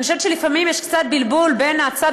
ואני חושבת שלפעמים יש קצת בלבול בין הצד